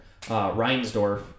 Reinsdorf